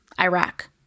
Iraq